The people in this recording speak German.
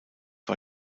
war